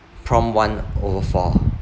prompt one over four